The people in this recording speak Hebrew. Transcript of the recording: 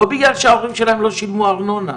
לא בגלל שההורים שלהם שילמו ארנונה,